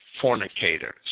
fornicators